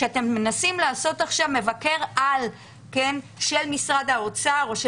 כשאתם מנסים עכשיו לעשות מבקר-על של משרד האוצר או של